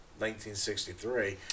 1963